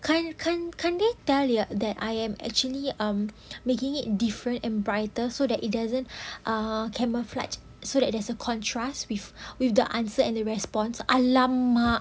can't can't can't they tell that I am actually um making it different and brighter so that it doesn't ah camouflage so that there's a contrast with with the answer and the response !alamak!